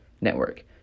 Network